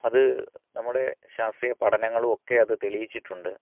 അത് നമ്മുടെ ശാസ്ത്രീയ പഠനങ്ങളും ഒക്കെ അത് തെളിയിച്ചിട്ടുണ്ട്